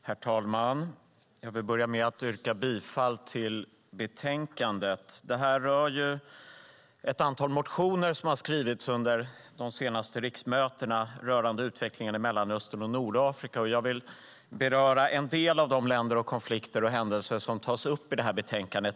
Herr talman! Jag vill börja med att yrka bifall till förslaget i betänkandet. Det handlar om ett antal motioner som har skrivits under de senaste riksmötena rörande utvecklingen i Mellanöstern och Nordafrika. Jag vill beröra en del av de länder, konflikter och händelser som tas upp i betänkandet.